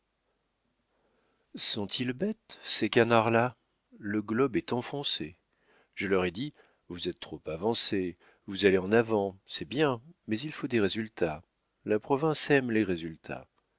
sont-ils bêtes ces canards là le globe est enfoncé je leur ai dit vous êtes trop avancés vous allez en avant c'est bien mais il faut des résultats la province aime les résultats